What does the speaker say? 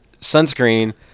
sunscreen